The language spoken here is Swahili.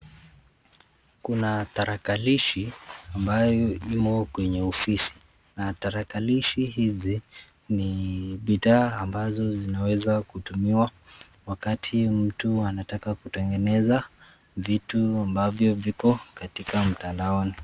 Kuna tarakilishi ambayo imo kwenye ofisi. Na tarakilishi hizi ni bidhaa ambazo zinaweza kutumiwa wakati ambapo mtu anataka kutengeneza vitu ambavyo viko katika mtandaoni.